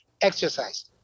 exercise